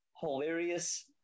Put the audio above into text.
hilarious